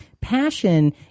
Passion